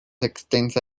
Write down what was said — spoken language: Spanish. extensa